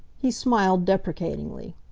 he smiled deprecatingly.